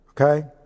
okay